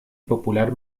popular